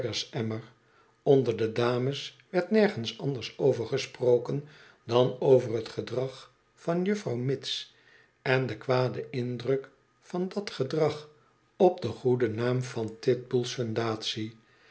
onder de dames werd nergens anders over gesproken dan over het gedrag van juffrouw mitts en den kwaden indruk van dat gedrag op den goeden naam van